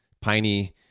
piney